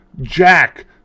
Jack